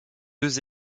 deux